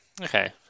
Okay